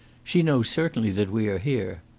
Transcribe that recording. she knows certainly that we are here.